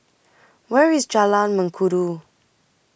Where IS Jalan Mengkudu